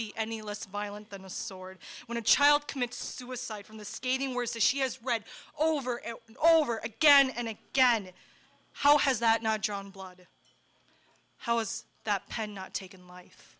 be any less violent than a sword when a child commits suicide from the skating words that she has read over and over again and again how has that not drawn blood how was that pen not taken life